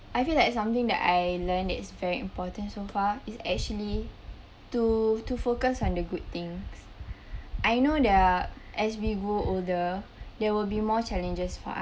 I feel like something that I learned that's very important so far is actually to to focus on the good thing I know there are as we grow older there will be more challenges for us